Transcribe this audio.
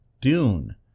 Dune